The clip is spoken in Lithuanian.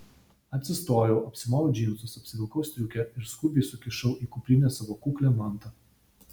atsistojau apsimoviau džinsus apsivilkau striukę ir skubiai sukišau į kuprinę savo kuklią mantą